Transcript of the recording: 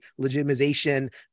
legitimization